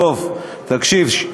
דב, תקשיב.